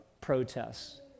protests